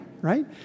Right